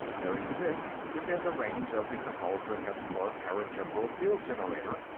there exist, within the range of the ghaldron-hesthor paratemporal-field generator,